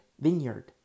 vineyard